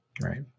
right